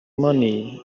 money